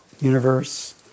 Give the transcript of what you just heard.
universe